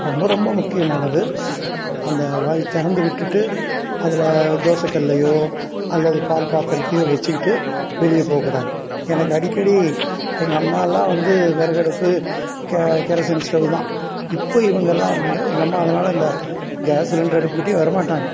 ரொம்ப ரொம்ப முக்கியமானது அந்த வாய் திறந்து விட்டுட்டு அதில் தோசைக்கல்லையோ அல்லது பால் பாத்திரத்தையோ வச்சுக்கிட்டு வெளியே போகக்கூடாது எனக்கு அடிக்கடி எங்கள் அம்மாலாம் வந்து விறகடுப்பு கெ கெரோசின் ஸ்டவ்வு தான் இப்போ இவங்கெல்லாம் வந்து எங்கள் அம்மா அதனால் அந்த கேஸ் சிலிண்ட்ரு அடுப்புக்கிட்டேயே வர மாட்டாங்க